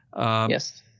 Yes